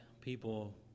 people